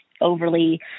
overly